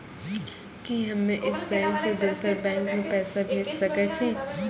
कि हम्मे इस बैंक सें दोसर बैंक मे पैसा भेज सकै छी?